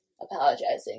apologizing